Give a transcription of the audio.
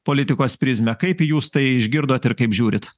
politikos prizmę kaip jūs tai išgirdot ir kaip žiūrit